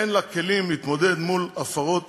אין לה כלים להתמודד מול הפרות